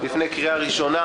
התשע"ט-2019 לפני קריאה ראשונה.